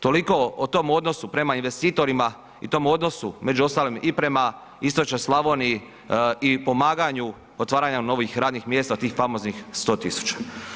Toliko o tom odnosu prema investitorima i tom odnosu među ostalim i prema istočnoj Slavoniji i pomaganju otvaranja novih radnih mjesta od tih famoznih 100.000.